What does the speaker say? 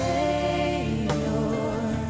Savior